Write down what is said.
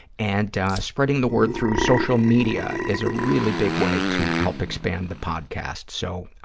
and spreading the word through social media is a really big way to help expand the podcast. so,